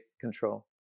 control